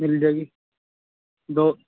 مل جائے گی دو